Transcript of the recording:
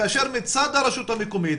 כאשר מצד הרשות המקומית,